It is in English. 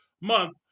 month